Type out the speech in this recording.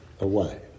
away